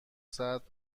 ساعت